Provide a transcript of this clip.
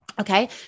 Okay